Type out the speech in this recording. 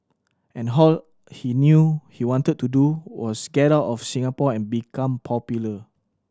and how he knew he wanted to do was get out of Singapore and become popular